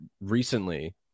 recently